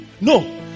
No